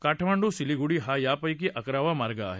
काठमांडू सिलीगुडी हा यापक्री अकरावा मार्ग आहे